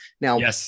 Now